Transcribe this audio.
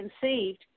conceived